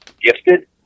gifted